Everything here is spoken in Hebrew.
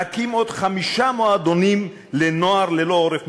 להקים עוד חמישה מועדונים לנוער ללא עורף משפחתי,